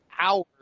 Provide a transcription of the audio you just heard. hours